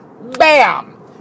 bam